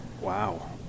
Wow